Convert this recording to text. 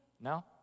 No